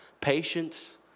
patience